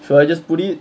should I just put it